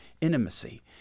intimacy